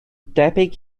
debyg